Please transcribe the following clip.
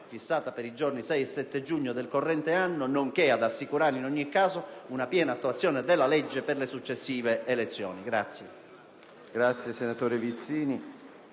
fissata per i giorni 6 e 7 giugno del corrente anno, nonché ad assicurare in ogni caso una piena attuazione della legge per le successive elezioni.